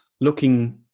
Looking